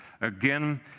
Again